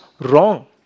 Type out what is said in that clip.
wrong